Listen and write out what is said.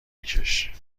بکش